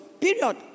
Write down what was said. Period